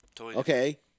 Okay